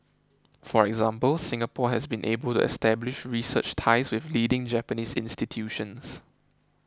for example Singapore has been able to establish research ties with leading Japanese institutions